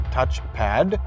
Touchpad